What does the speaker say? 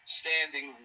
standing